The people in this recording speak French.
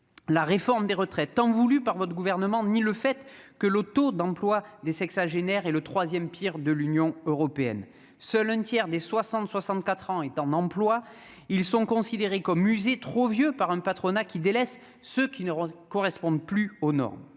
la réforme des retraites en voulue par votre gouvernement, ni le fait que le taux d'emploi des sexagénaires et le 3ème pire, de l'Union européenne, seul un tiers des 60 64 ans est en emplois, ils sont considérés comme musées trop vieux par un patronat qui délaisse ce qui ne correspondent plus aux normes,